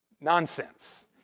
nonsense